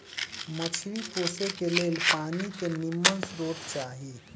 मछरी पोशे के लेल पानी के निम्मन स्रोत चाही